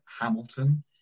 Hamilton